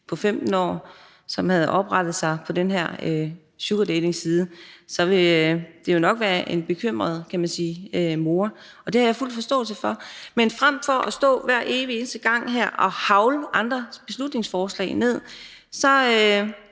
15 år, som havde oprettet sig på den her sugardatingside, ville hun jo nok være en bekymret mor, og det har jeg fuld forståelse for. Men frem for at stå her og hver evig eneste gang at hagle ned på andres beslutningsforslag,